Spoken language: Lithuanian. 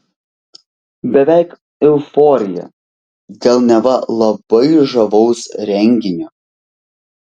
beveik euforija dėl neva labai žavaus renginio